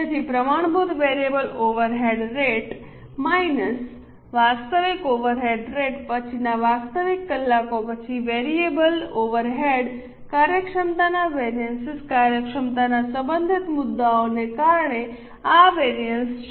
તેથી પ્રમાણભૂત variable overhead rate minus વાસ્તવિક ઓવરહેડ રેટ પછીના વાસ્તવિક કલાકો પછી વેરીએબલ ઓવરહેડ કાર્યક્ષમતાના વેરિએન્સ કાર્યક્ષમતા સંબંધિત મુદ્દાઓને કારણે હવે આ વેરિએન્સ છે